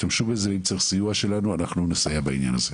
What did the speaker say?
אם צריך סיוע שלנו אנחנו נסייע בעניין הזה.